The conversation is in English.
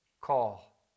call